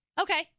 Okay